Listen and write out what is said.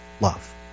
love